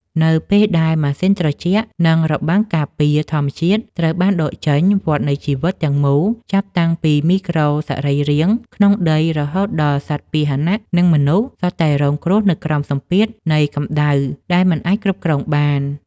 នៅពេលដែល ម៉ាស៊ីនត្រជាក់ និងរបាំងការពារ ធម្មជាតិត្រូវបានដកចេញ វដ្តនៃជីវិតទាំងមូលចាប់តាំងពីមីក្រូសរីរាង្គក្នុងដី រហូតដល់សត្វពាហនៈ និងមនុស្ស សុទ្ធតែរងគ្រោះនៅក្រោមសម្ពាធនៃកម្ដៅដែលមិនអាចគ្រប់គ្រងបាន។